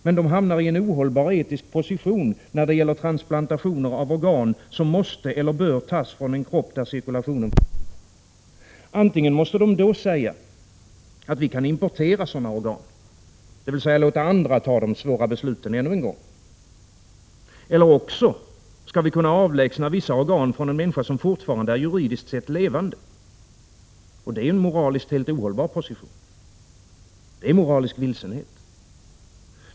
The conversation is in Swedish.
Men de hamnar i en ohållbar etisk position, när det gäller transplantation av organ som måste eller bör tas från en kropp där cirkulationen fortfarande är i gång. Antingen måste de då säga att sådana organ kan importeras — dvs. låta andra fatta de svåra besluten ännu en gång — eller också skall vissa organ kunna avlägsnas från en människa som fortfarande är juridiskt sett levande. Detta är en moraliskt helt ohållbar position. Det är moralisk vilsenhet.